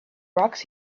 rocks